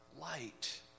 light